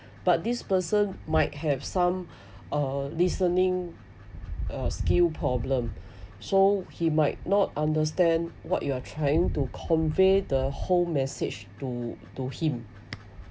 but this person might have some uh listening uh skill problem so he might not understand what you are trying to convey the whole message to to him